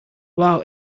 wow